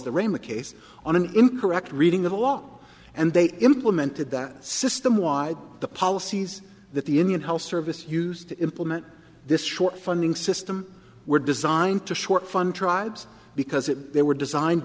the case on an incorrect reading of the law and they implemented that system wide the policies that the indian health service used to implement this short funding system were designed to short fun tribes because if they were designed